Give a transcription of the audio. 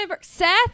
Seth